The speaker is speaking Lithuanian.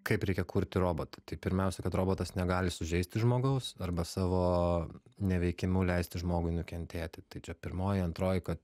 kaip reikia kurti robotą tai pirmiausia kad robotas negali sužeisti žmogaus arba savo neveikimu leisti žmogui nukentėti tai čia pirmoji antroji kad